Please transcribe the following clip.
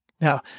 Now